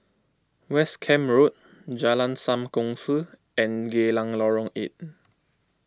West Camp Road Jalan Sam Kongsi and Geylang Lorong eight